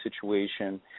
situation